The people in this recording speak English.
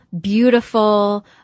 beautiful